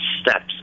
steps